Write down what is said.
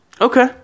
Okay